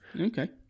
Okay